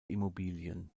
immobilien